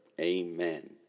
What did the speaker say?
Amen